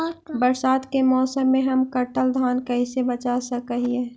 बरसात के मौसम में हम कटल धान कैसे बचा सक हिय?